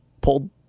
pulled